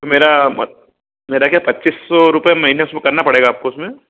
मेरा मत मेरा क्या पच्चीस सौ रुपये महीने से में करना पड़ेगा आपको उसमें